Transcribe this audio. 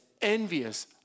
envious